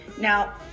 Now